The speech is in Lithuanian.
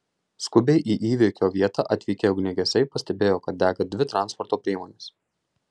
skubiai į įvykio vietą atvykę ugniagesiai pastebėjo kad dega dvi transporto priemonės